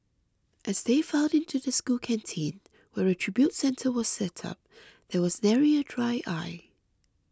as they filed into the school canteen where a tribute centre was set up there was nary a dry eye